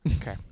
Okay